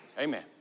Amen